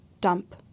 Dump